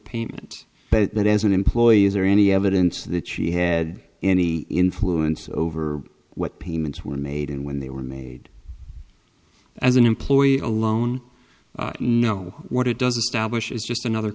payment but as an employee is there any evidence that she had any influence over what payments were made and when they were made as an employee alone know what it doesn't stablish is just another